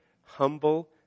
humble